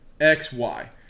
XY